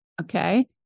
Okay